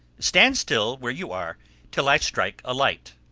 stand still where you are till i strike a light.